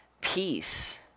peace